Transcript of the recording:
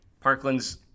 parkland's